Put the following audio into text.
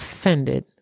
offended